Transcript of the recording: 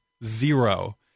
zero